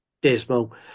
dismal